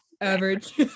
Average